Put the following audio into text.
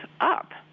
up